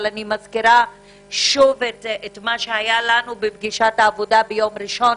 אבל אני מזכירה שוב את מה שהיה לנו בפגישת העבודה ביום ראשון,